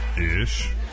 ish